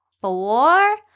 four